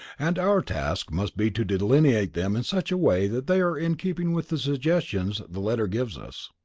and our task must be to delineate them in such a way that they are in keeping with the suggestions the letter gives us.